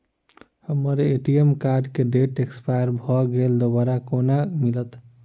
हम्मर ATM card केँ date expire भऽ गेल दोबारा कोना मिलत?